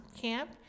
camp